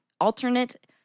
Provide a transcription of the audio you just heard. alternate